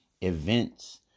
events